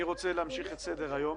אני רוצה להמשיך את סדר היום